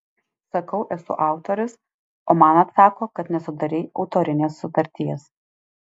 sakau esu autorius o man atsako kad nesudarei autorinės sutarties